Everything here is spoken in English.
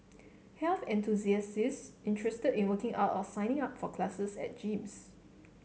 health enthusiasts interested in working out or signing up for classes at gyms